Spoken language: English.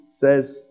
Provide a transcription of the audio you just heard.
says